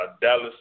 Dallas